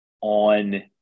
on